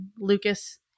Lucas